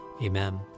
Amen